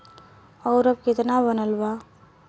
और अब कितना बनल बा?